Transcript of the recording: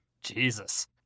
Jesus